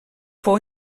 fou